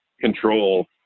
control